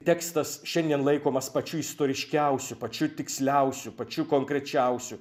tekstas šiandien laikomas pačiu istoriškiausiu pačiu tiksliausiu pačiu konkrečiausiu